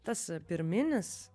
tas pirminis